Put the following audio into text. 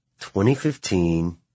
2015